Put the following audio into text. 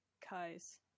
Kai's